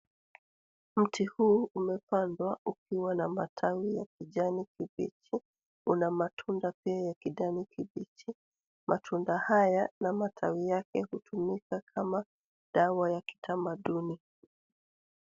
Mti huu umepandwa ukiwa na matawii ya kijani kibichi. Una matunda pia ya kijani kibichi. Matunda haya na matawi yake hutumika kama dawa ya kitamaduni.